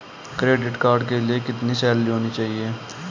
Credit card के लिए कितनी सैलरी होनी चाहिए?